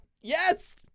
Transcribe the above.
yes